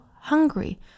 hungry